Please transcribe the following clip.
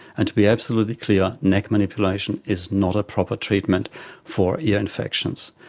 and to be absolutely clear, neck manipulation is not a proper treatment for ear infections.